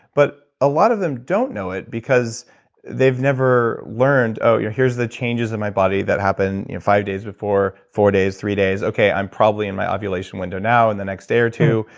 but a lot of them don't know it, because they've never learned, oh here's the changes in my body that happen five days before four days, three days. okay, i'm probably in my ovulation window now, in the next day or two,